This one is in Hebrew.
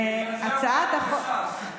בגלל זה הוא כבר לא בש"ס.